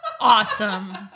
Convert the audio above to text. awesome